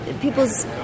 People's